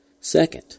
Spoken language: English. Second